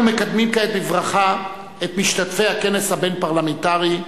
אנחנו מקדמים כעת בברכה את משתתפי הכנס הבין-פרלמנטרי,